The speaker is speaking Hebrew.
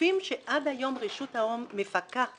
הגופים שעד היום רשות ההון מפקחת,